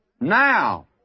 Now